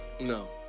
No